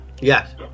Yes